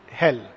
hell